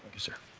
sir.